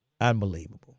Unbelievable